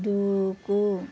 దూకు